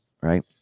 right